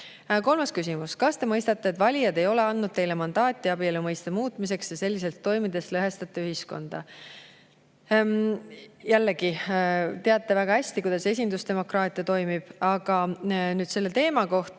Kolmas küsimus: "Kas Te mõistate, et valijad ei ole andnud Teile mandaati abielu mõiste muutmiseks ja selliselt toimides lõhestate Te ühiskonda?" Jällegi, te teate väga hästi, kuidas esindusdemokraatia toimib. Aga nüüd selle teema kohta.